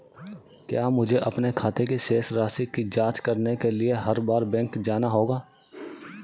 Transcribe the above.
क्या मुझे अपने खाते की शेष राशि की जांच करने के लिए हर बार बैंक जाना होगा?